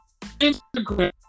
Instagram